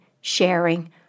sharing